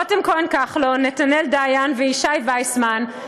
רותם כהן כחלון, נתנאל דיין וישי ויסמן.